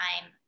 time